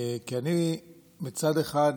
מצד אחד,